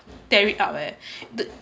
tear it up eh the